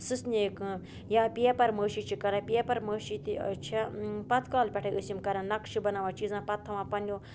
سٕژنہِ کٲم یا پٮ۪پَر مٲشی چھِ کَران پٮ۪پَر مٲشی تہِ چھِ پَتہٕ کالہِ پٮ۪ٹھَے أسۍ یِم کَران نَقشہٕ بَناوان چیٖزَن پَتہٕ تھاوان پَنٛنیو